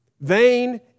Vain